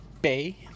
Bay